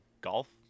golf